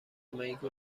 میگو